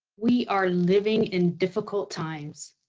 we are living in difficult times.